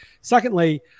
Secondly